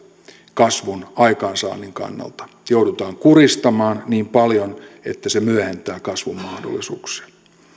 kasvun aikaansaannin kannalta joudutaan kuristamaan niin paljon että se myöhentää kasvun mahdollisuuksia